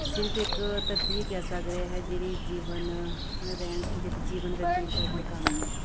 ਸਿਰਫ਼ ਇੱਕ ਧਰਤੀ ਹੀ ਇੱਕ ਐਸਾ ਗ੍ਰਹਿ ਹੈ ਜਿਹੜੀ ਜੀਵਨ ਰਹਿਣ ਜਿੱਥੇ ਜੀਵਨ ਬਤੀਤ ਕਰਨ ਦੇ ਕਾਬਿਲ ਹੈ